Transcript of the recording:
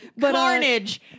carnage